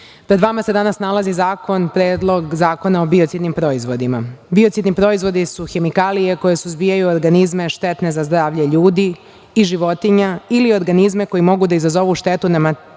pred vama se danas nalazi Predlog zakona o biocidnim proizvodima. Biocidni proizvodi su hemikalije koje suzbijaju organizme štetne za zdravlje ljudi i životinja ili organizme koji mogu da izazovu štetu na materijalima